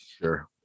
Sure